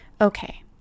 Okay